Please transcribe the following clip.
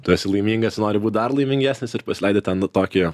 tu esi laimingas ir nori būt dar laimingesnis ir pasileidi ten nu tokį